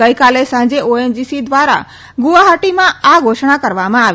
ગઈકાલે સાંજે ઓએનજીસી દ્વારા ગુવાહાટીમાં આ ઘોષણા કરવામાં આવી